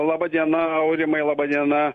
laba diena aurimai laba diena